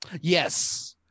Yes